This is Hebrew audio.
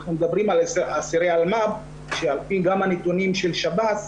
אנחנו מדברים על אסירי אלמ"ב שעל פי הנתונים של שב"ס,